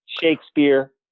Shakespeare